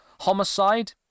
Homicide